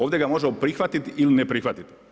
Ovdje ga možemo prihvatiti ili ne prihvatiti.